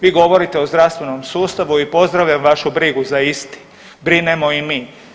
Vi govorite o zdravstvenom sustavu i pozdravljam vašu brigu za isti, brinemo i mi.